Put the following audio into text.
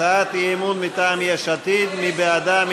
הצעת האי-אמון מטעם יש עתיד, מי בעדה?